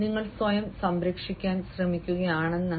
നിങ്ങൾ സ്വയം സംരക്ഷിക്കാൻ ശ്രമിക്കുകയാണെന്നല്ല